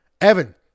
Evan